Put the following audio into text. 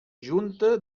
junta